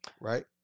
Right